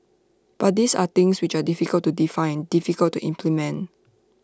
but these are things which are difficult to define difficult to implement